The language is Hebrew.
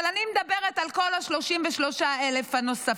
אבל אני מדברת על כל ה-33,000 הנוספים,